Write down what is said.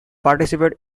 participate